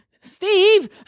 Steve